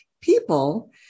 people